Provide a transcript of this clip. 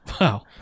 Wow